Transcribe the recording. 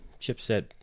chipset